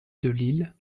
delisle